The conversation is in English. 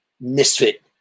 misfit